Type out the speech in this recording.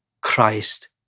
Christ